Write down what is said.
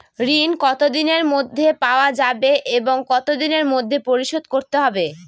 ঋণ কতদিনের মধ্যে পাওয়া যাবে এবং কত দিনের মধ্যে পরিশোধ করতে হবে?